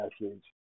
message